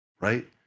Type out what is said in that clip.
right